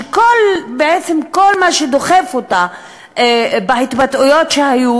שבעצם כל מה שדוחף אותה בהתבטאויות שהיו,